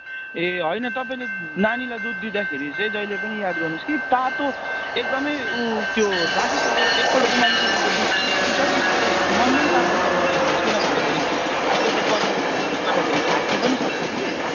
ए होइन तपाईँले नानीलाई दुध दिँदाखेरि चाहिँ जहिले पनि याद गर्नुहोस् कि तातो एकदमै ऊ त्यो राखिसकेर एकपल्ट उमालिसकेको दुध चिस्सिन्छ चिस्सिएपछि मन मन तातो नबनाइदिनुहोस् किन भन्दाखेरि अहिलेको बर्खाको घाँसले गर्दाखेरि फाट्नु पनि सक्छ कि